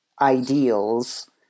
ideals